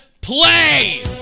play